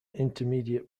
intermediate